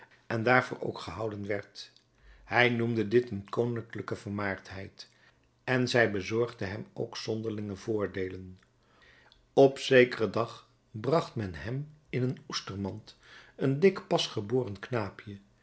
en daarvoor ook gehouden werd hij noemde dit een koninklijke vermaardheid en zij bezorgde hem ook zonderlinge voordeelen op zekeren dag bracht men hem in een oestermand een dik pasgeboren knaapje